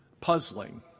puzzling